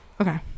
Okay